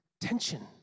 tension